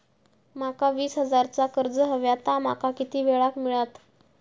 माका वीस हजार चा कर्ज हव्या ता माका किती वेळा क मिळात?